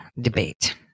debate